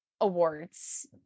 awards